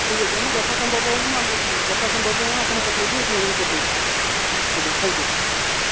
ଠିକ୍ ଅଛି ଆଉ ମୁଁ ଯଥା ସମ୍ଭବ ହେଉ ହଁ ଯଥା ସମ୍ଭବ ହଉ ପଠାଉଛି ପିଲାଙ୍କୁ ପଠାଉଛି ଆଜ୍ଞା ଥାଙ୍କ୍ ୟୁ